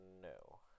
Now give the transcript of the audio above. No